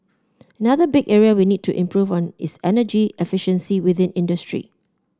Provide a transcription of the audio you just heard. another big area we need to improve on is energy efficiency within industry